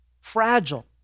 fragile